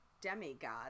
demigod